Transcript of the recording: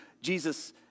Jesus